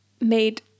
made